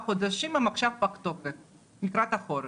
חודשים עכשיו הם פגי תוקף לקראת החורף,